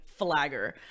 flagger